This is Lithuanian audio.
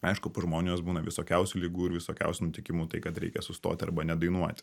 aišku pas žmones būna visokiausių ligų ir visokiausių nutikimų tai kad reikia sustoti arba ne dainuoti